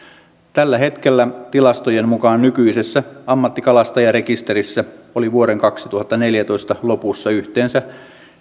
tällä hetkellä tilastojen mukaan nykyisessä ammattikalastajarekisterissä oli vuoden kaksituhattaneljätoista lopussa yhteensä